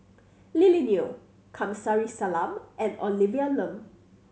Lily Neo Kamsari Salam and Olivia Lum